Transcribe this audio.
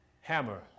hammer